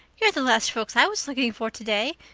you're the last folks i was looking for today,